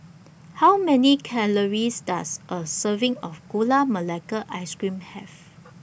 How Many Calories Does A Serving of Gula Melaka Ice Cream Have